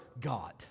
God